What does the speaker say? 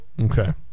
Okay